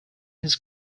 his